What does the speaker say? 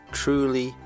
truly